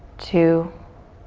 two,